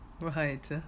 Right